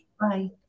bye